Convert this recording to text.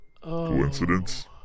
coincidence